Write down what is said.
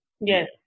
Yes